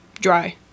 dry